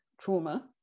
trauma